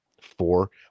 four